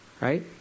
right